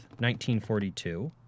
1942